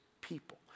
people